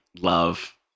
love